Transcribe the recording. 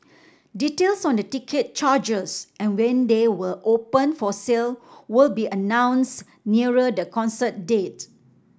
details on the ticket charges and when they will open for sale will be announced nearer the concert date